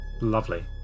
lovely